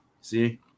see